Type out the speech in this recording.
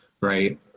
right